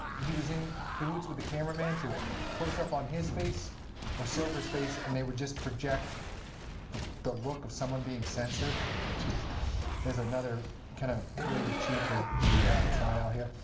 he was in cahoots with the cameraman to close up on his face or silver's face, and they would just project the the look of someone being censored like as another kind of way to cheat the the trial here.